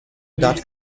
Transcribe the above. dot